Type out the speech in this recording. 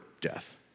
death